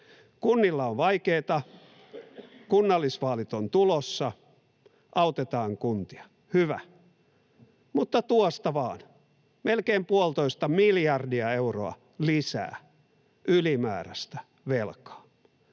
Kunnilla on vaikeata, kunnallisvaalit ovat tulossa, autetaan kuntia, hyvä, mutta tuosta vain melkein puolitoista miljardia euroa lisää otetaan ylimääräistä velkaa.